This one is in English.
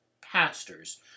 Pastors